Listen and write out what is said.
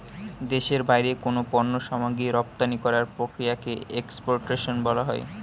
দেশের বাইরে কোনো পণ্য সামগ্রী রপ্তানি করার প্রক্রিয়াকে এক্সপোর্টেশন বলা হয়